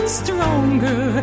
stronger